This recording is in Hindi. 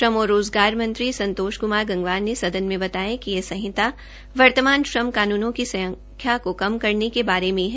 श्रम और रोजगार मंत्री संतोष क्मार गंवबार ने सदन को बताया कि यह संहिता वर्तमान श्रम कानूनों की संख्या को कम करने के बारे में है